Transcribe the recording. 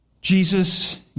Jesus